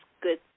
good